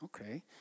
okay